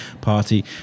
party